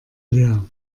leer